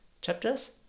chapters